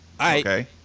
Okay